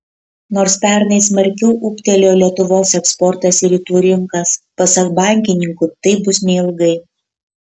nors pernai smarkiau ūgtelėjo lietuvos eksportas į rytų rinkas pasak bankininkų taip bus neilgai